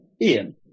ian